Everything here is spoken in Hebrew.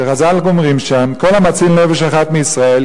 וחז"ל אומרים שם: כל המציל נפש אחת מישראל,